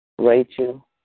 Rachel